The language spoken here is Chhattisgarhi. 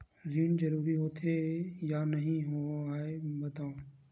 ऋण जरूरी होथे या नहीं होवाए बतावव?